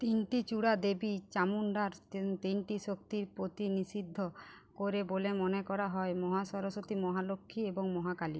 তিনটি চূড়াদেবী চামুণ্ডার তিন তিনটি শক্তির প্রতি নিষিদ্ধ করে বলে মনে করা হয় মহাসরস্বতী মহালক্ষ্মী এবং মহাকালী